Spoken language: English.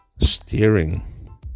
steering